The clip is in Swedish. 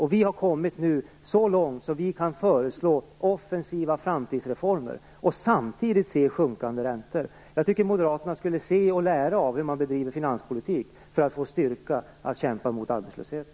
Nu har vi kommit så långt att vi kan föreslå offensiva framtidsreformer och samtidigt se sjunkande räntor. Jag tycker att moderaterna av detta borde lära sig hur man bedriver finanspolitik så att de får styrka att kämpa mot arbetslösheten.